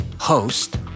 host